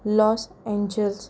Los Angeles